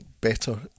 better